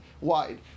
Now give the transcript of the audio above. wide